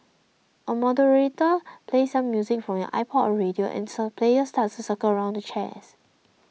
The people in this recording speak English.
a moderator plays some music from your iPod or radio and players starts circle around chairs